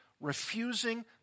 refusing